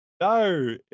No